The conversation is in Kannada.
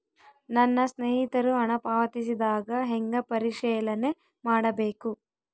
ನನ್ನ ಸ್ನೇಹಿತರು ಹಣ ಪಾವತಿಸಿದಾಗ ಹೆಂಗ ಪರಿಶೇಲನೆ ಮಾಡಬೇಕು?